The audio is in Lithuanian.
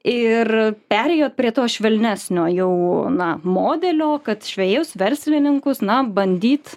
ir perėjot prie to švelnesnio jau na modelio kad žvejus verslininkus na bandyt